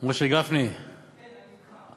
משה גפני, כן, אני אתך.